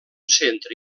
centre